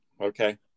okay